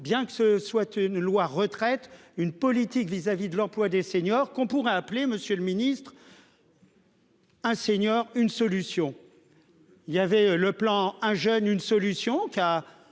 bien que ce soit une loi retraites une politique vis-à-vis de l'emploi des seniors qu'on pourrait appeler Monsieur le Ministre. Un senior, une solution. Il y avait le plan un jeune, une solution qui a